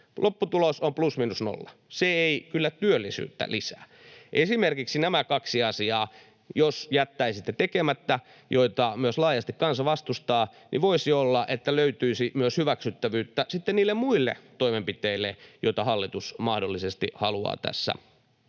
Lopputulos on plus miinus nolla, se ei kyllä työllisyyttä lisää. Esimerkiksi nämä kaksi asiaa jos jättäisitte tekemättä, joita myös laajasti kansa vastustaa, voisi olla, että löytyisi myös hyväksyttävyyttä sitten niille muille toimenpiteille, joita hallitus mahdollisesti haluaa tässä